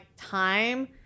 time